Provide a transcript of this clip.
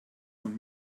von